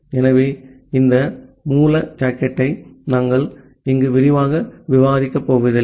ஆகவே இந்த மூல சாக்கெட்டை நாங்கள் இங்கு விரிவாக விவாதிக்கப் போவதில்லை